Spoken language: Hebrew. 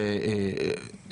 אני רוצה